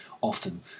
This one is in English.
often